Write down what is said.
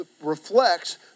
reflects